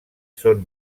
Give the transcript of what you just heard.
són